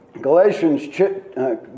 Galatians